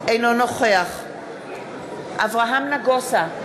אינו נוכח אברהם נגוסה,